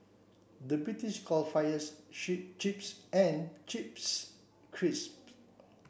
the British call fries chips and chips